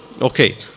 Okay